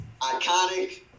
iconic